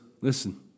Listen